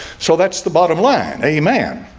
so that's the bottom line a man